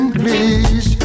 please